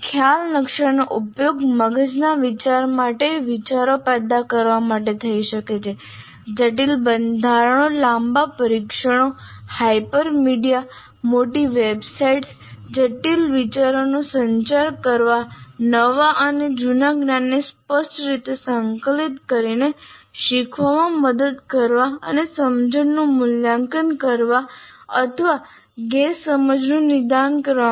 ખ્યાલ નકશાનો ઉપયોગ મગજના વિચાર માટે વિચારો પેદા કરવા માટે થઈ શકે છે જટિલ બંધારણો લાંબા પરીક્ષણો હાઇપરમીડિયા મોટી વેબસાઇટ્સ જટિલ વિચારોનો સંચાર કરવા નવા અને જૂના જ્ઞાનને સ્પષ્ટ રીતે સંકલિત કરીને શીખવામાં મદદ કરવા અને સમજણનું મૂલ્યાંકન કરવા અથવા ગેરસમજનું નિદાન કરવા માટે